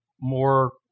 more